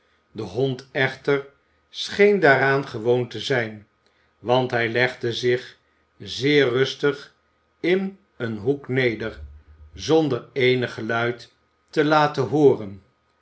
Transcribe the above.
de hond echter scheen daaraan gewoon te zijn want hij legde zich zeer rustig in een hoek neder zonder eenig geluid te laten hoowat